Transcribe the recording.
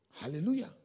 Hallelujah